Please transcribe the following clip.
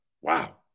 Wow